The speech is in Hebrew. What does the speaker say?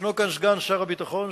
ישנו כאן סגן שר הביטחון.